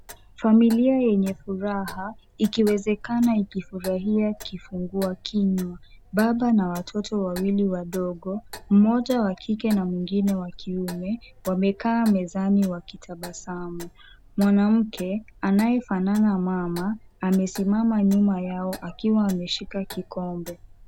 Familia yenye furaha, ikiwezekana ikifurahia kifungua kinywa. Baba na watoto wawili wadogo. Mmoja wa kike na mwingine wa kiume, wamekaa mezani wakitabasamu. Mwanamke anayefanana mama, amesimama nyuma yao akiwa ameshika kikombe.